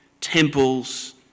Temples